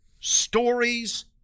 stories